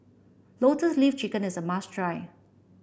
Lotus Leaf Chicken is a must try